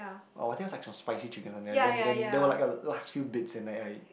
oh I think it's like some spicy chicken or something then then there were like a last few bits and then I